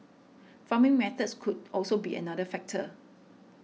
farming methods could also be another factor